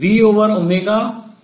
जो कि λ2 है